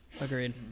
Agreed